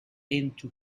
into